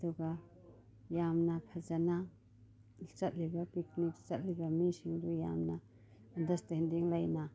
ꯑꯗꯨꯒ ꯌꯥꯝꯅ ꯐꯖꯅ ꯆꯠꯂꯤꯕ ꯄꯤꯛꯅꯤꯡ ꯆꯠꯂꯤꯕ ꯃꯤꯁꯤꯡꯗꯨ ꯌꯥꯝꯅ ꯑꯟꯗꯔꯁ꯭ꯇꯦꯟꯗꯤꯡ ꯂꯩꯅ